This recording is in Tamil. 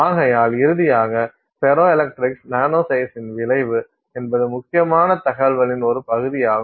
ஆகையால் இறுதியாக ஃபெரோஎலக்ட்ரிக்ஸில் நானோ சைஸின் விளைவு என்பது முக்கியமான தகவலின் ஒரு பகுதியாகும்